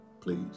please